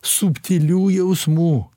subtilių jausmų